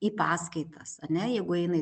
į paskaitas ar ne jeigu eina į